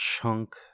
chunk